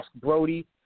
Brody